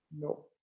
No